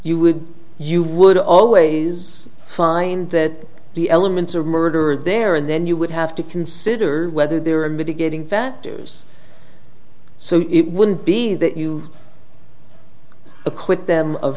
you would you would always find that the elements of murder are there and then you would have to consider whether there are mitigating factors so it wouldn't be that you acquit them of